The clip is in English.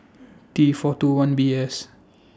T four two one B S